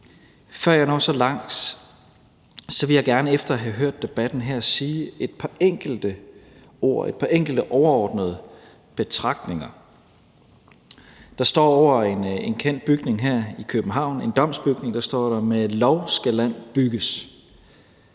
før jeg når så langt, vil jeg gerne efter at have hørt debatten her komme med et par enkelte overordnede betragtninger. Der står over en kendt domsbygning her i København: »Med lov skal man land bygge.«